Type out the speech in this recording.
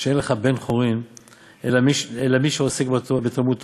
שאין לך בן-חורין אלא מי שעוסק בתלמוד תורה,